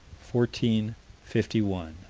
fourteen fifty one